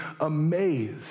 amazed